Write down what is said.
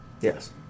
Yes